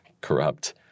Corrupt